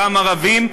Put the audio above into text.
גם ערבים,